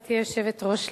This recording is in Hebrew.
גברתי היושבת-ראש,